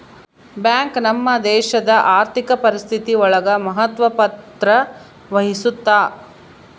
bank ನಮ್ ದೇಶಡ್ ಆರ್ಥಿಕ ಪರಿಸ್ಥಿತಿ ಒಳಗ ಮಹತ್ವ ಪತ್ರ ವಹಿಸುತ್ತಾ